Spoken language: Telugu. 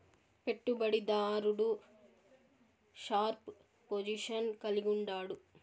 పెట్టుబడి దారుడు షార్ప్ పొజిషన్ కలిగుండాడు